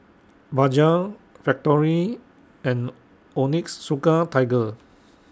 Bajaj Factorie and Onitsuka Tiger